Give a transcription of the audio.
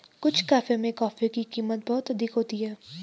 कुछ कैफे में कॉफी की कीमत बहुत अधिक होती है